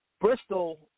Bristol